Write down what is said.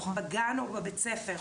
בגן או בבית הספר.